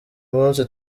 munsi